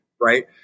Right